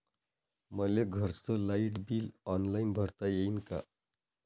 मले घरचं light bill online भरता येईन का?